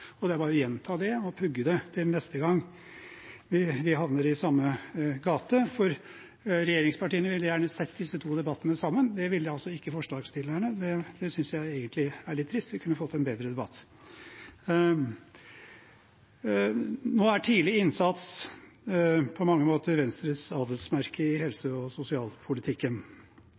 og det er bare å gjenta det og pugge det til neste gang. Vi havner i samme gate, for regjeringspartiene ville gjerne sett disse to debattene sammen. Det ville altså ikke forslagsstillerne. Det synes jeg egentlig er litt trist – vi kunne fått en bedre debatt. Tidlig innsats er på mange måter Venstres adelsmerke i helse- og sosialpolitikken.